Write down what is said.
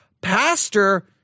pastor